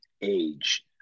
age